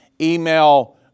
Email